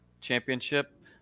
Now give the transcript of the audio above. championship